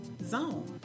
zone